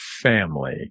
family